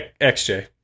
XJ